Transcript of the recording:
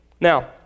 Now